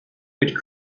with